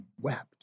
wept